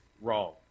wrong